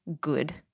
good